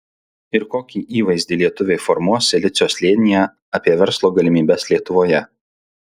ir kokį įvaizdį lietuviai formuos silicio slėnyje apie verslo galimybes lietuvoje